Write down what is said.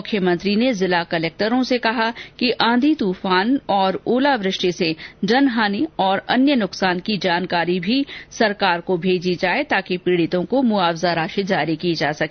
मुख्यमंत्री ने कलेक्टरों को कहा कि आंधी तूफान और ओलावृष्टि से जनहानि और अन्य नुकसान की जानकारी भी सरकार को भेजें ताकि पीडितों को मुआवजा राशि जारी की जा सके